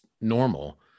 normal